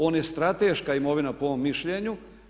On je strateška imovina po mom mišljenju.